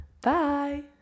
Bye